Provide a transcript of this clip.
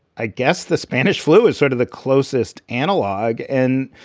i guess the spanish flu is sort of the closest analogue and